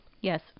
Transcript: Yes